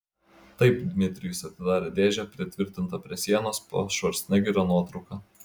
taip dmitrijus atidarė dėžę pritvirtintą prie sienos po švarcnegerio nuotrauka